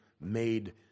made